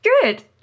Good